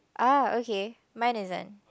ah okay mine isn't